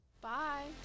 Bye